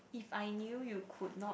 if I knew you could not